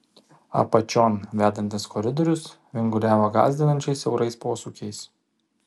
apačion vedantis koridorius vinguriavo gąsdinančiai siaurais posūkiais